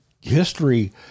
history